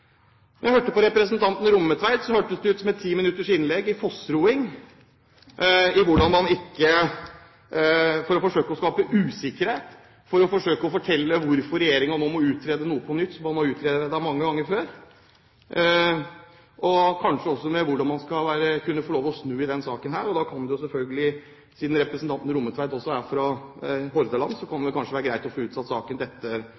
Representanten Rommetveits innlegg hørtes ut som et timinutters innlegg i fossroing for å forsøke å skape usikkerhet, for å forsøke å fortelle hvorfor regjeringen nå må utrede på nytt noe som man har utredet mange ganger før, og kanskje også hvordan man skulle få lov å snu i denne saken. Siden representanten Rommetveit også er fra Hordaland, kan det